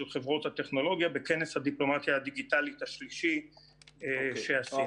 חברות הטכנולוגיה בכנס הדיפלומטיה הדיגיטלית השלישי שעשינו.